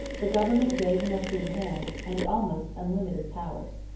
the government gave him a free hand and almost unlimited powers.